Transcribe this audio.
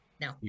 No